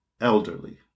elderly